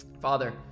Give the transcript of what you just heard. Father